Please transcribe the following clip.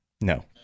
No